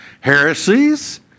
heresies